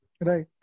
Right